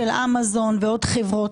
של אמזון ועוד חברות.